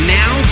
now